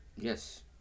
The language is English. Yes